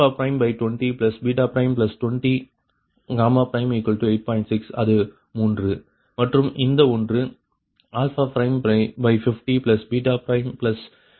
6 அது 3 மற்றும் இந்த ஒன்று 5050 8 ஆகும்